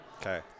Okay